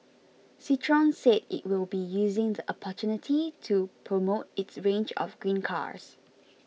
Citroen said it will be using the opportunity to promote its range of green cars